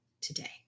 today